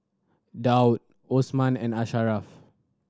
Daud Osman and Asharaff